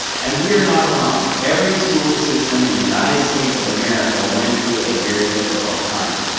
and we are not alone. every school system in the united states of america went through a very difficult time.